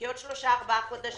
כי עוד שלושה, ארבעה חודשים,